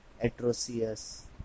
atrocious